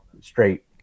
straight